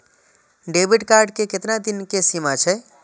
Debit card के केतना दिन के सीमा छै?